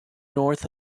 north